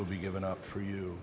will be given up for you